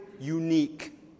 unique